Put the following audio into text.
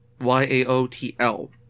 Y-A-O-T-L